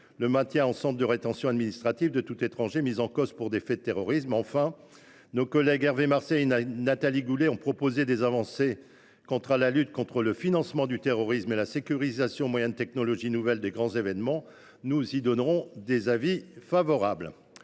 le maintien en centre de rétention administrative de tout étranger mis en cause pour des faits de terrorisme. Enfin, nos collègues Hervé Marseille et Nathalie Goulet proposent des avancées en matière de lutte contre le financement du terrorisme et de sécurisation, au moyen de technologies nouvelles, des grands événements. Nous y serons favorables.